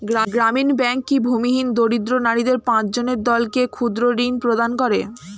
গ্রামীণ ব্যাংক কি ভূমিহীন দরিদ্র নারীদের পাঁচজনের দলকে ক্ষুদ্রঋণ প্রদান করে?